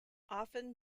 often